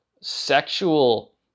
sexual